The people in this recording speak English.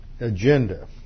agenda